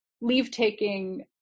leave-taking